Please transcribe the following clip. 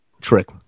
trick